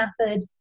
method